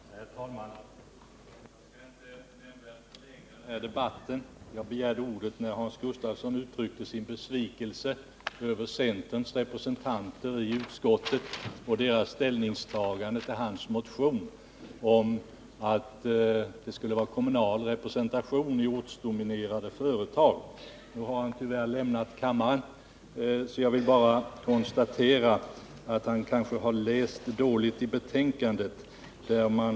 Herr talman! Jag skall inte nämnvärt förlänga debatten. Jag begärde ordet när Hans Gustafsson uttryckte sin besvikelse över centerns representanter i utskottet och deras ställningstagande till hans motion om lokal representation i ortsdominerade företag. Nu har han tyvärr lämnat kammaren, och jag vill därför bara konstatera att han kanske har läst betänkandet dåligt.